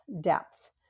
depth